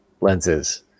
lenses